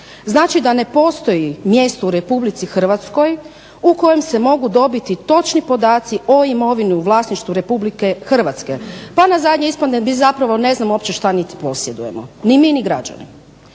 Znači da ne postoji mjesto u Republici Hrvatskoj u kojem se mogu dobiti točni podaci o imovini u vlasništvu Republike Hrvatske, pa na zadnjoj usporedbi zapravo ne znamo uopće šta mi posjedujemo, ni mi ni građani.